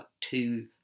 two